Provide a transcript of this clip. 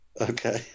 Okay